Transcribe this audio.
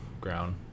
ground